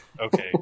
Okay